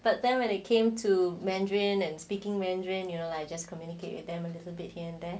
but then when it came to mandarin and speaking mandarin and you know like you just communicate with them a little bit here and there